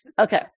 Okay